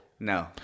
No